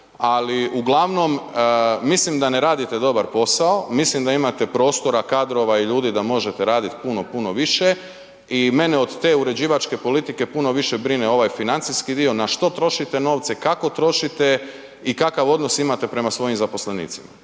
Ali uglavnom mislim da ne radite dobar posao. Mislim da imate prostora, kadrova i ljudi da možete raditi puno, puno više. I mene od te uređivačke politike puno više brine ovaj financijski dio na što trošite novce, kako trošite i kakav odnos imate prema svojim zaposlenici,